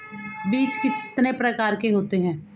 बीज कितने प्रकार के होते हैं?